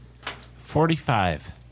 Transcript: Forty-five